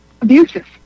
abusive